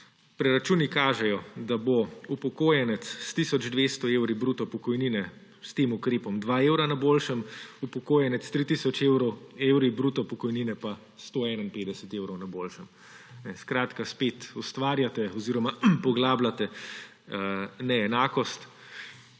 Preračuni kažejo, da bo upokojenec s tisoč 200 bruto pokojnine s tem ukrepom dva evra na boljšem, upokojenec s 3 tisoč evri bruto pokojnine pa 151 evrov na boljšem. Skratka, spet ustvarjate oziroma poglabljate neenakost